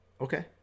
Okay